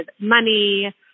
money